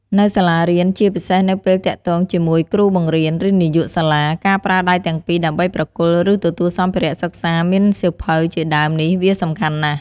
នៅសាលារៀន ជាពិសេសនៅពេលទាក់ទងជាមួយគ្រូបង្រៀន ឬនាយកសាលា ការប្រើដៃទាំងពីរដើម្បីប្រគល់ ឬទទួលសម្ភារៈសិក្សាមានសៀវភៅជាដើមនេះវាសំខាន់ណាស់។